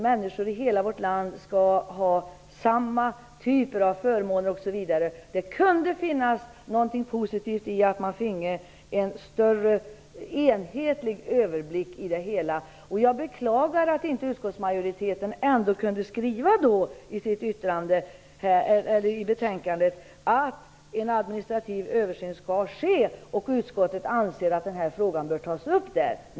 Människor i hela vårt land skall ha samma typer av förmåner osv. Det kunde finnas någonting positivt i att man finge en enhetlig överblick över det hela. Jag beklagar att inte utskottsmajoriteten kunde skriva i betänkandet att en administrativ översyn skall ske och att utskottet anser att frågan bör tas upp då.